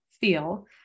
feel